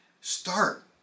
Start